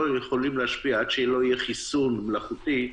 יכולים להשפיע עד שיהיה חיסון מלאכותי.